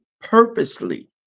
purposely